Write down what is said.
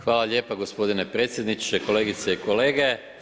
Hvala lijepa gospodine predsjedniče, kolegice i kolege.